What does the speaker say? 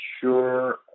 sure